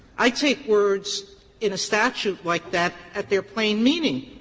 i take words in a statute like that at their plain meaning.